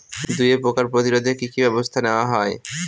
দুয়ে পোকার প্রতিরোধে কি কি ব্যাবস্থা নেওয়া হয়?